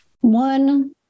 One